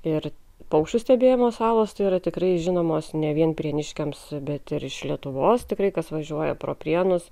ir paukščių stebėjimo salos tai yra tikrai žinomos ne vien prieniškiams bet ir iš lietuvos tikrai kas važiuoja pro prienus